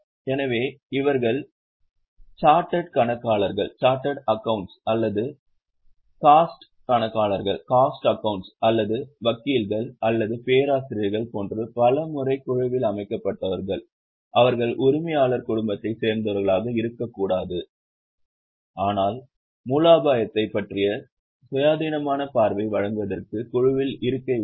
எனவே இவர்கள் சார்ட்டட் கணக்காளர்கள் அல்லது காஸ்ட் கணக்காளர்கள் அல்லது வக்கீல்கள் அல்லது பேராசிரியர்கள் போன்ற பலமுறை குழுவில் அழைக்கப்பட்டவர்கள் அவர்கள் உரிமையாளர் குடும்பத்தைச் சேர்ந்தவர்களாக இருக்கக்கூடாது ஆனால் மூலோபாயத்தைப் பற்றிய சுயாதீனமான பார்வையை வழங்குவதற்காக குழுவில் இருக்கை உள்ளது